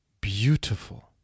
beautiful